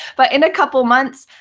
but in a couple of months,